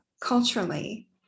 culturally